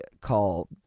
call